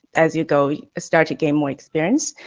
as you go, start to gain more experience.